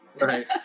right